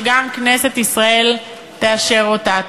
גם כנסת ישראל תאשר אותה.